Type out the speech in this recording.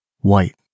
white